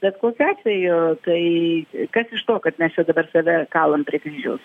bet kokiu atveju tai kas iš to kad mes čia dabar save kalam prie kryžiaus